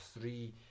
three